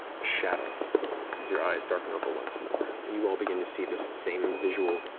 shadow as your eyes darken over once more, and you all begin to see this same visual,